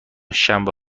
شنبه